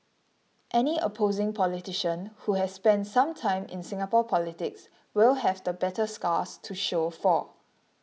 any opposing politician who has spent some time in Singapore politics will have the battle scars to show for